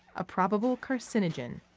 a probable carcinogen.